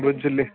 ବୁଝିଲି